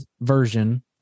version